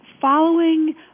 following